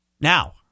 Now